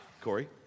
Corey